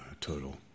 total